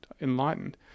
enlightened